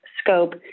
scope